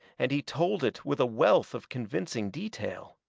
and he told it with a wealth of convincing detail.